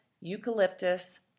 eucalyptus